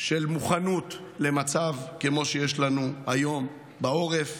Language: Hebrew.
של מוכנות למצב כמו שיש לנו היום בעורף.